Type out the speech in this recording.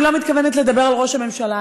אני לא מתכוונת לדבר על ראש הממשלה,